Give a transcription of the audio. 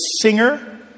singer